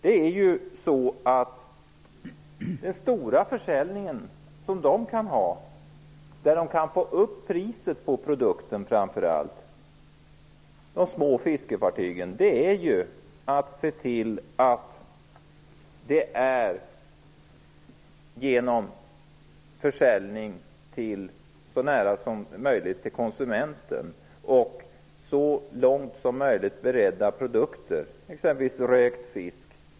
Den stora försäljning de små fiskeföretagen kan ägna sig åt, där de kan få upp priset på produkten, sker så nära konsumenten som möjligt och med så långt möjligt färdigberedda produkter, t.ex. rökt fisk.